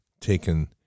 taken